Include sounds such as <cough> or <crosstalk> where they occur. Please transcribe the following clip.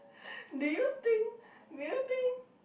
<breath> do you think <breath> do you think